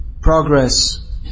progress